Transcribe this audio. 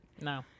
No